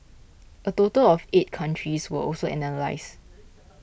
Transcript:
a total of eight countries were also analysed